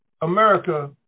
America